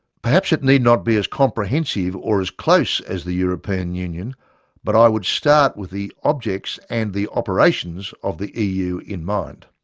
perhaps it need not be as comprehensive or as close as the european union but i would start with the objects in and the operations of the eu in mind.